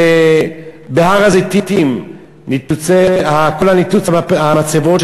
ובהר-הזיתים ניתוץ המצבות,